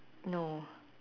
no